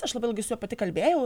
aš labai ilgai su juo pati kalbėjau